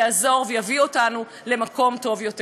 יעזור ויביא אותנו למקום טוב יותר.